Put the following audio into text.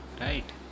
right